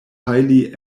highly